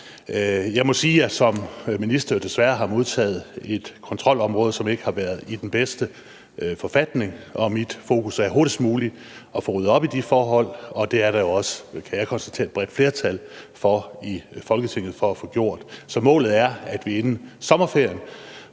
Jeg må sige, at jeg som minister desværre har modtaget et kontrolområde, som ikke har været i den bedste forfatning, og mit fokus er på hurtigst muligt at få ryddet op i de forhold, og det er der jo også, kan jeg konstatere, et bredt flertal i Folketinget for at få gjort. Så målet er, at vi inden sommerferien